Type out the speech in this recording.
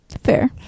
Fair